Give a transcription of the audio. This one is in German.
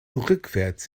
rückwärts